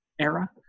era